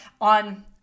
on